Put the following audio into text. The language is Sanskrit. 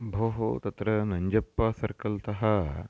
भोः तत्र नञ्जप्पा सर्कल्तः